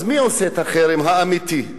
אז מי עושה את החרם האמיתי?